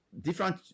different